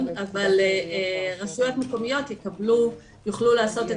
אבל רשויות מקומיות יוכלו לעשות את